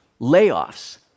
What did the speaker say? layoffs